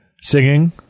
singing